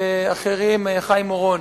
ואחרים, חיים אורון.